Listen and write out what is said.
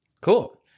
Cool